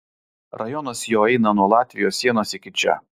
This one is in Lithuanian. rajonas jo eina nuo latvijos sienos iki čia